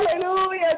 Hallelujah